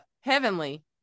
Heavenly